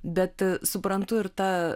bet suprantu ir tą